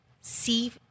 see